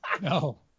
No